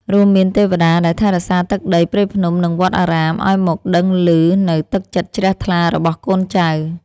រួមមានទេវតាដែលថែរក្សាទឹកដី ព្រៃភ្នំ និងវត្តអារាម ឱ្យមកដឹងឮនូវទឹកចិត្តជ្រះថ្លារបស់កូនចៅ។